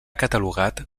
catalogat